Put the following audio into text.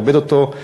כבד אותו,